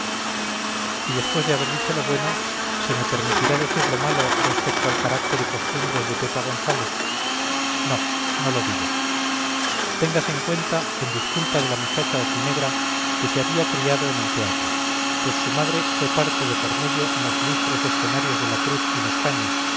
y después de haber dicho lo bueno se me permitirá decir lo malo respecto al carácter y costumbres de pepa gonzález no no lo digo téngase en cuenta en disculpa de la muchacha ojinegra que se había criado en el teatro pues su madre fue parte de por medio en los ilustres escenarios de la cruz y los caños